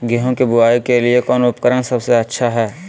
गेहूं के बुआई के लिए कौन उपकरण सबसे अच्छा है?